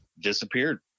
disappeared